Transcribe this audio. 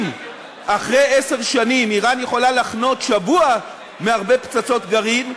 אם אחרי עשר שנים איראן יכולה לחנות שבוע מהרבה פצצות גרעין,